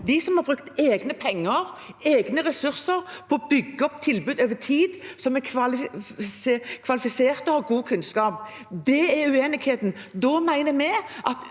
de som har brukt egne penger og ressurser på å bygge opp tilbud over tid, og som er kvalifisert og har god kunnskap. Det er uenigheten.